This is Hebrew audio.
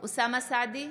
אוסאמה סעדי,